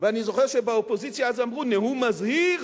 ואני זוכר שבאופוזיציה אז אמרו: נאום מזהיר,